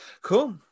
cool